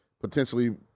potentially